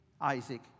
Isaac